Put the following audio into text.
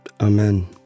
Amen